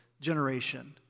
generation